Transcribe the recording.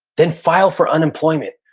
then file for unemployment.